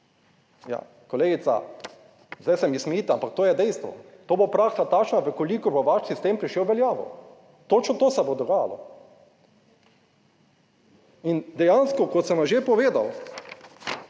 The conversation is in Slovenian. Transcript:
Ja, kolegica, zdaj se mi smejite, ampak to je dejstvo, to bo praksa takšna v kolikor bo vaš sistem prišel v veljavo. Točno to se bo dogajalo. In dejansko kot sem vam že povedal,